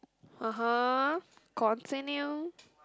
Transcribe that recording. (uh huh) continue